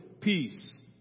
peace